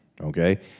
okay